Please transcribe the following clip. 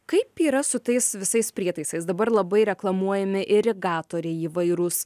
kaip yra su tais visais prietaisais dabar labai reklamuojami irigatoriai įvairūs